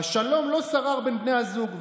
השלום לא שרר בין בני הזוג,